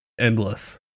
endless